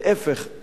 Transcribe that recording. להיפך,